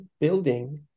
building